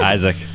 Isaac